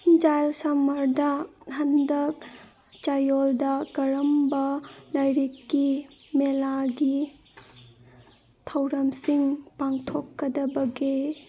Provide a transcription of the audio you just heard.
ꯖꯥꯏꯁꯜꯃꯔꯗ ꯍꯟꯗꯛ ꯆꯌꯣꯜꯗ ꯀꯔꯝꯕ ꯂꯥꯏꯔꯤꯛꯀꯤ ꯃꯦꯂꯥꯒꯤ ꯊꯧꯔꯝꯁꯤꯡ ꯄꯥꯡꯊꯣꯛꯀꯗꯕꯒꯦ